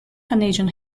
canadian